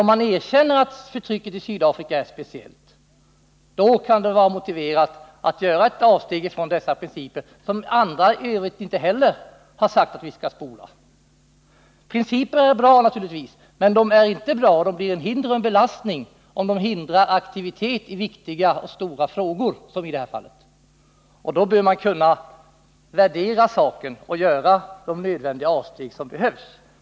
Om man erkänner att förtrycket i Sydafrika är speciellt kan det vara motiverat att göra ett avsteg från dessa principer, som inte heller vi andra vill ”spola”. Principer är naturligtvis bra, men de blir en belastning om de hindrar aktivitet i stora och viktiga frågor, som i det här fallet. Då bör man kunna värdera saken och göra de avsteg som behövs.